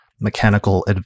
mechanical